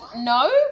no